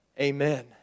Amen